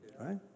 Right